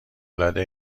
العاده